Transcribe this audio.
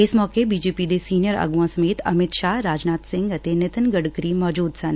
ਇਸ ਮੌਕੇ B J P ਦੇ ਸੀਨੀਅਰ ਆਗੁਆਂ ਸਮੇਤ ਅਮਿਤ ਸ਼ਾਹ ਰਾਜਨਾਬ ਸਿੰਘ ਅਤੇ ਨਿਤਿਨ ਗਡਕਰੀ ਮੌਜੂਦ ਸਨ